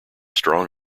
strong